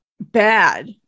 bad